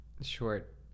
short